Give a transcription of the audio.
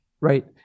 Right